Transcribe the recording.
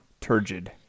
turgid